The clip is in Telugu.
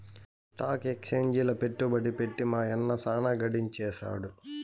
స్టాక్ ఎక్సేంజిల పెట్టుబడి పెట్టి మా యన్న సాన గడించేసాడు